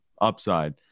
upside